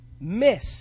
miss